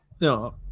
No